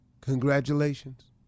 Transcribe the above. Congratulations